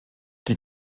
die